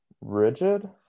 rigid